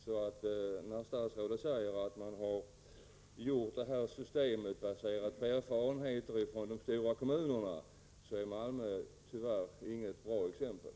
När statsrådet säger att man har baserat systemet på erfarenheter från de stora kommunerna, är Malmö tyvärr inget bra exempel.